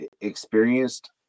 experienced